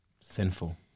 Sinful